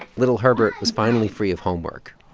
little herbert was finally free of homework,